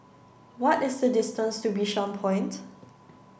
what is the distance to Bishan Point